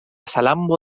salambó